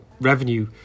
revenue